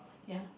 ya